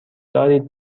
دارید